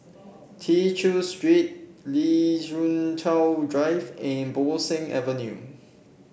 Tew Chew Street Lien Ying Chow Drive and Bo Seng Avenue